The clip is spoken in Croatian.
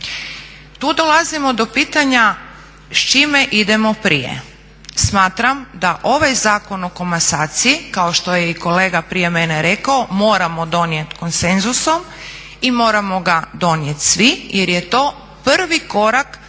Tu dolazimo do pitanja s čime idemo prije. Smatram da ovaj zakon o komasaciji kao što je i kolega prije mene rekao, moramo donijet konsenzusom i moramo ga donijet svi jer je to prvi korak ka